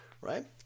right